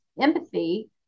empathy